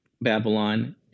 Babylon